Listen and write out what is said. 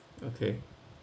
okay